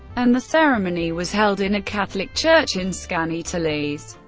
and the ceremony was held in a catholic church in skaneateles.